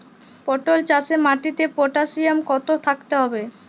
পটল চাষে মাটিতে পটাশিয়াম কত থাকতে হবে?